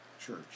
Church